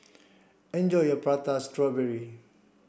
enjoy your prata strawberry